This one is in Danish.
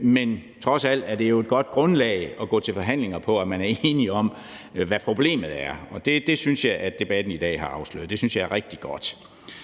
men trods alt er det jo et godt grundlag at gå til forhandlinger på, at man er enig om, hvad problemet er. Og det synes jeg at debatten i dag har afsløret, og det synes jeg er rigtig godt.